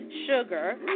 Sugar